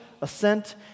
assent